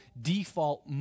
default